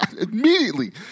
Immediately